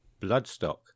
Bloodstock